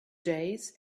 days